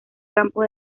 campo